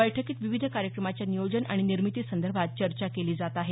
बैठकीत विविध कार्यक्रमाच्या नियोजन आणि निर्मिती संदर्भात चर्चा केली जाते